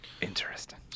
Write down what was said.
Interesting